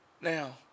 Now